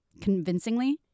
convincingly